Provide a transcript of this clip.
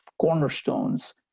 cornerstones